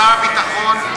שר הביטחון,